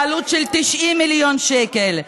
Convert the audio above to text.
בעלות של 90 מיליון שקל,